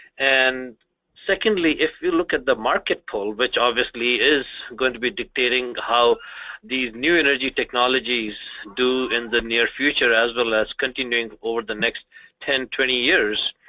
and secondly if you look at the market pull, which obviously is going to be dictating how these new energy technologies do in the near future, as well as continuing over the next ten twenty years,